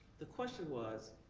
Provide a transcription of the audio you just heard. the question was,